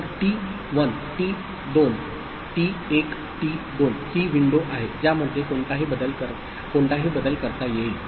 तर T 1 T 2 ही window आहे ज्यामध्ये कोणताही बदल करता येईल